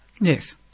Yes